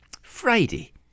Friday